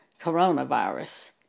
coronavirus